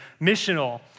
missional